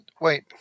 wait